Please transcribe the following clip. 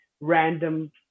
random